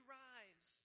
rise